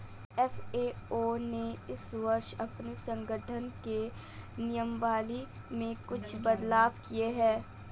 FAO ने इस वर्ष अपने संगठन के नियमावली में कुछ बदलाव किए हैं